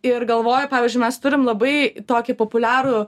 ir galvoja pavyzdžiui mes turim labai tokį populiarų